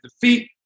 defeat